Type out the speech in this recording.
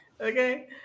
okay